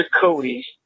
Cody